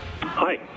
Hi